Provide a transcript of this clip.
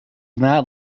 not